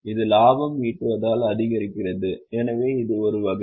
இது இலாபம் ஈட்டுவதால் அதிகரிக்கிறது எனவே இது ஒரு வகை